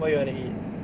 what you want to eat